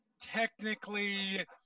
technically